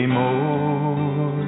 more